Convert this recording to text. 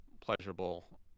pleasurable